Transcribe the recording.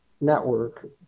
network